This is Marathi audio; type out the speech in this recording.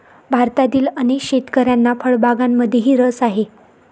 भारतातील अनेक शेतकऱ्यांना फळबागांमध्येही रस आहे